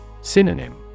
Synonym